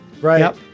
Right